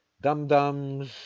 dum-dums